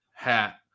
hat